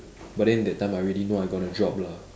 but then that time I already know I going to drop lah